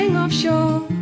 offshore